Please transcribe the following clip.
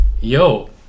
yo